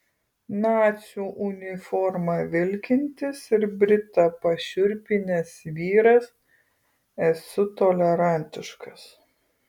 nacių uniforma vilkintis ir britą pašiurpinęs vyras esu tolerantiškas